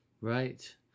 right